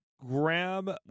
grab